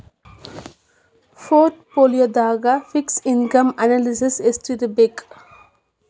ಪೊರ್ಟ್ ಪೋಲಿಯೊದಾಗ fixed income analysis ಯೆಸ್ಟಿರ್ಬಕ್?